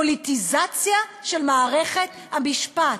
פוליטיזציה של מערכת המשפט.